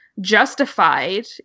justified